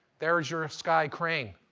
there's your sky crane.